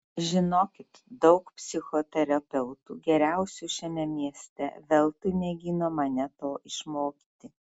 žinokit daug psichoterapeutų geriausių šiame mieste veltui mėgino mane to išmokyti